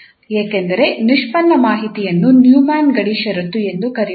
ಏಕೆಂದರೆ ನಿಷ್ಪನ್ನ ಮಾಹಿತಿಯನ್ನು ನ್ಯೂಮನ್ ಗಡಿ ಷರತ್ತು ಎಂದು ಕರೆಯುತ್ತೇವೆ